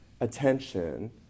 attention